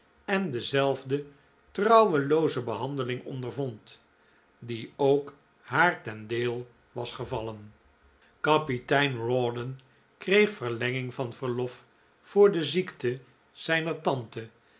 en dezelfde trouwelooze behandeling ondervond die ook haar ten deel was gevallen kapitein rawdon kreeg verlenging van verlof voor de ziekte zijner tante